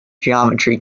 geometry